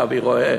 את אבי רואה,